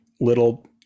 little